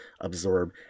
absorb